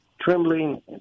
trembling